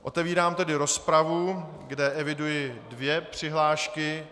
Otevírám tedy rozpravu, kde eviduji dvě přihlášky.